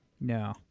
No